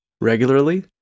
regularly